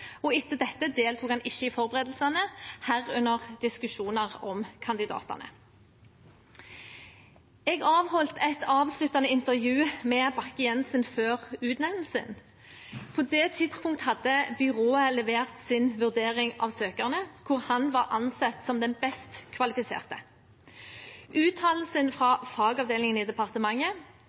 og etter dette deltok han ikke i forberedelsene, herunder diskusjoner om kandidatene. Jeg avholdt et avsluttende intervju med Bakke-Jensen før utnevnelsen. På det tidspunkt hadde byrået levert sin vurdering av søkerne, hvor han var ansett som den best kvalifiserte. Uttalelsen fra fagavdelingen i departementet,